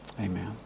Amen